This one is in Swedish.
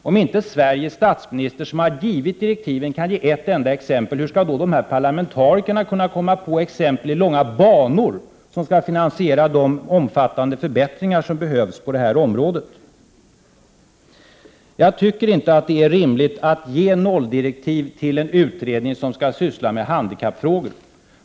Om inte Sveriges statsminister, som har givit direktiven, kan ge ett enda exempel, hur skall då parlamentarikerna komma på exempel i långa banor som skall finansiera de omfattande förbättringar som behövs på det här området? Det är inte rimligt att ge nolldirektiv till en utredning som skall syssla med handikappfrågor.